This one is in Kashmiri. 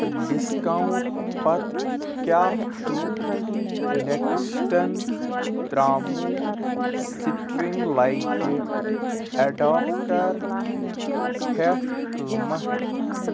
ڈسکاونٹ پتہٕ کیٛاہ چھُ لٮ۪کسٹن ترٛاموٗ سٹرِنٛگ لایٹہِ ایڈاپٹَر ہٮ۪تھ قۭمت